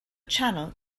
channel